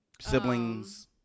siblings